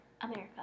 America